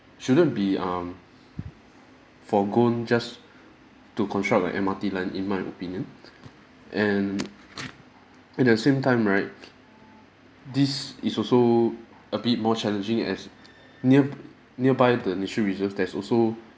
shouldn't be um foregone just to construct a M_R_T line in my opinion and at the same time right this is also a bit more challenging as nearb~ nearby the nature reserve there's also